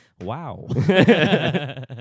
Wow